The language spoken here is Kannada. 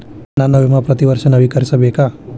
ನನ್ನ ವಿಮಾ ಪ್ರತಿ ವರ್ಷಾ ನವೇಕರಿಸಬೇಕಾ?